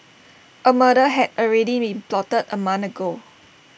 A murder had already been plotted A month ago